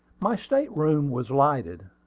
my state-room was lighted,